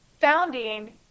founding